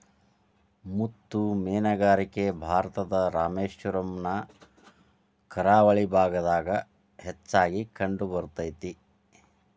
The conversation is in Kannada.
ಮುತ್ತು ಮೇನುಗಾರಿಕೆ ಭಾರತದ ರಾಮೇಶ್ವರಮ್ ನ ಕರಾವಳಿ ಭಾಗದಾಗ ಹೆಚ್ಚಾಗಿ ಕಂಡಬರ್ತೇತಿ